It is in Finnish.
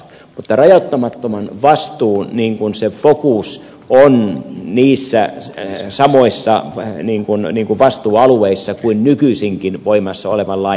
mutta tämän rajoittamattoman vastuun fokus on niissä samoissa vastuualueissa kuin nykyisinkin voimassa olevan lain